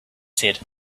said